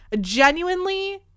Genuinely